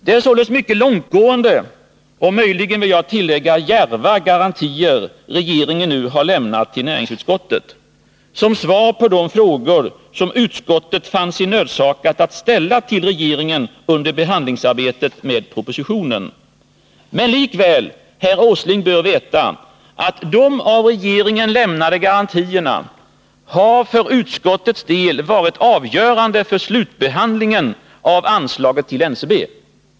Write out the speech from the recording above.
Det är således mycket långtgående — och möjligen djärva — garantier som regeringen nu har lämnat till näringsutskottet som svar på de frågor som utskottet fann sig nödsakat att ställa till regeringen under behandlingen av propositionen. Men herr Åsling bör veta att de av regeringen lämnade garantierna för utskottets del har varit avgörande för slutbehandlingen av anslaget till NCB.